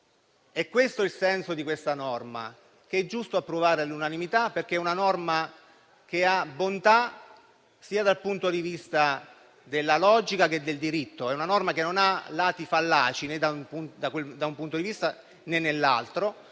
è questo il senso della norma, che è giusto approvare all'unanimità, perché è una norma che ha una bontà, dal punto di vista sia della logica sia del diritto, e non ha lati fallaci, né da un punto di vista, né nell'altro.